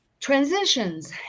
transitions